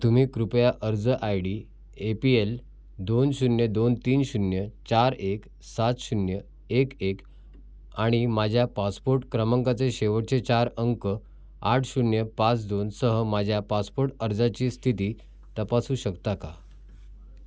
तुम्ही कृपया अर्ज I D A P L दोन शून्य दोन तीन शून्य चार एक सात शून्य एक एक आणि माझ्या पासपोर्ट क्रमांकाचे शेवटचे चार अंक आठ शून्य पाच दोन सह माझ्या पासपोर्ट अर्जाची स्थिती तपासू शकता का